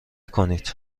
کنید